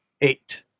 eight